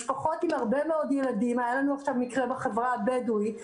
משפחות עם הרבה מאוד ילדים היה לנו עכשיו מקרה בחברה הבדואית,